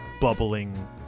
bubbling